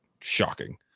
shocking